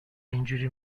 اینجوری